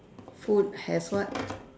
food has what